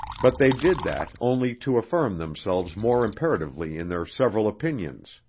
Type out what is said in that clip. but they did that only to affirm themselves more imperatively in their several opinions,